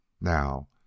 Now